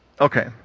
Okay